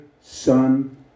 Son